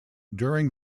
during